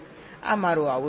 આ મારું આઉટપુટ છે